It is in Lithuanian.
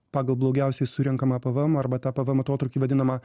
pagal blogiausiai surenkamą pvm arba tą pvm atotrūkį vadinamą